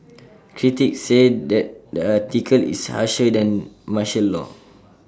critics say that the article is harsher than martial law